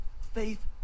faith